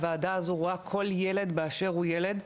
הוועדה הזו רואה כל ילד באשר הוא ילד,